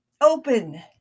open